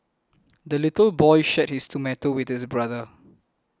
the little boy shared his tomato with his brother